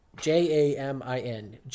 J-A-M-I-N